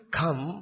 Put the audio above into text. come